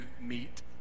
meet